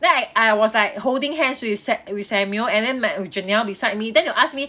then I I was like holding hands with sam with samuel and then my with janelle beside me then you ask me